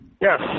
Yes